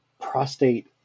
prostate